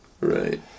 Right